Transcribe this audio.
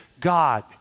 God